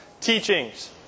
teachings